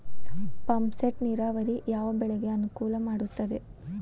Pump set ನೇರಾವರಿ ಯಾವ್ ಬೆಳೆಗೆ ಅನುಕೂಲ ಮಾಡುತ್ತದೆ?